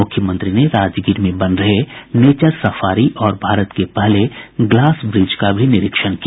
मुख्यमंत्री ने राजगीर में बन रहे नेचर सफारी और भारत के पहले ग्लास ब्रिज का भी निरीक्षण किया